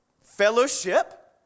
Fellowship